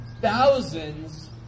thousands